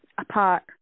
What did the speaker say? apart